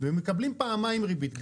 והם מקבלים פעמיים ריבית.